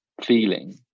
feeling